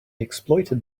exploited